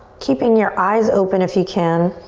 keeping your eyes open if you can